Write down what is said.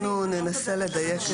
אנחנו ננסה לדייק את זה.